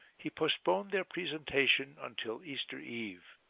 he post poned their presentation until easter eve.